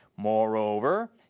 Moreover